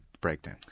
breakdown